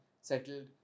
settled